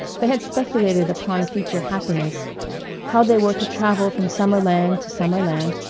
they had speculated upon future happiness how they were to travel from summer land to summer land,